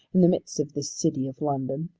in the midst of this city of london.